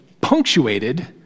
punctuated